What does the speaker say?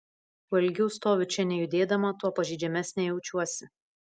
kuo ilgiau stoviu čia nejudėdama tuo pažeidžiamesnė jaučiuosi